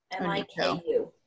m-i-k-u